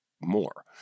more